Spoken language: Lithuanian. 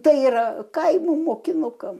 tai yra kaimo mokinukam